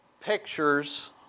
pictures